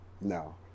no